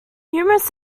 humorous